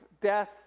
death